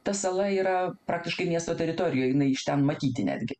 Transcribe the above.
ta sala yra praktiškai miesto teritorijoj jinai iš ten matyti netgi